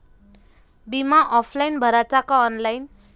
बिमा ऑफलाईन भराचा का ऑनलाईन?